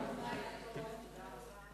הישיבה ננעלה